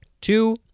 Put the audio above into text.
Two